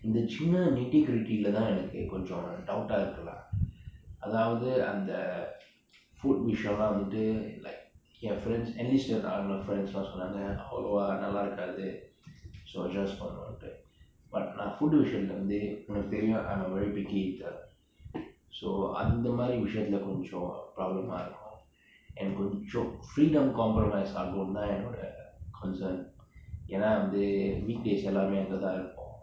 இந்த சின்ன:intha chinna nitty gritty தான் எனக்கு கொன்ஜொ:thaan enakku konjo doubt இருக்கு:iruku lah அதாவது அந்த:athaavathu antha food விஷயம்ல வந்துட்டு என்:vishayamlaa vanthuttu yen friends enlisted friends சொன்னாங்க அவ்வளவா நல்லா இருக்காது:sonnange avvalavaa nalla irukaathu so adjust பன்னனும்ட்டு:pannanumtuu but food விஷயத்துல வந்த உனக்கு தெரியும்:vishayathula vanthu unakku theriyum I am a very picky eater so அந்த மாதிரி விஷயத்துல கொன்ஜொ:antha maathiri vishayathula konjo problem இருக்கும்:irukkum and கொன்ஜொ:konjo freedom compromise ஆகும்தான் என்னோட:aagumthaan ennoda concern எனா வந்து:enaa vanthu weekdays எல்லாமே அங்க தான் இருப்போம்:ellaame anga thaan irupom